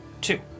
two